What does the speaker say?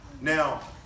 Now